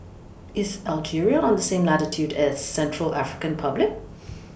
IS Algeria on The same latitude as Central African Republic